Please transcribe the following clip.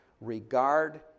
regard